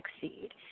succeed